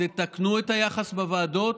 תתקנו את היחס בוועדות,